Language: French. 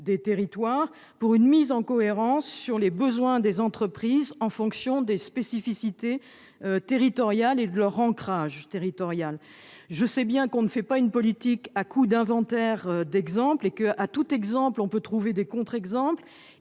des territoires pour une mise en cohérence au regard des besoins des entreprises, en fonction des spécificités territoriales et de l'ancrage territorial des entreprises. Je sais bien que l'on ne fait pas une politique à coup d'exemples, et qu'à tout exemple on peut opposer des contre-exemples.